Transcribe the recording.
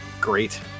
great